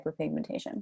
hyperpigmentation